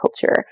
culture